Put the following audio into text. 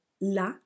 La